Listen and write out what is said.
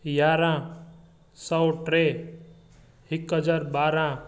यारहां सौ टे हिकु हज़ार ॿारहां